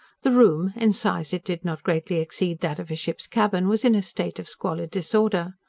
the room in size it did not greatly exceed that of a ship's-cabin was in a state of squalid disorder.